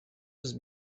sus